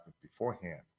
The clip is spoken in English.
beforehand